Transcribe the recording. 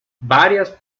varias